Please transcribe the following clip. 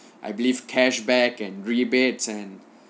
I believe cashback and rebates and